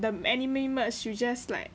the anime merch you just like